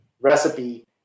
recipe